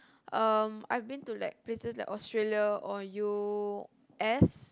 um I've been to like places like Australia or u_s